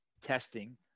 Testing